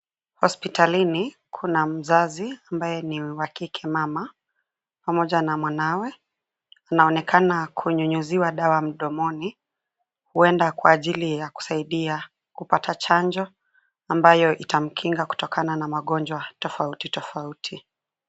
Hospitalini kuna mzazi ambaye ni wa kike mama pamoja na mwanawe, anaonekana kunyunyiziwa dawa mdomoni, huenda kwa kusaidia kupata chanjo, ambayo itamkinga kutokana na magonjwa tofauti tofauti.